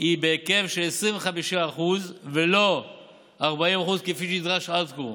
היא בהיקף של 25% ולא 40%, כפי שנדרש עד כה.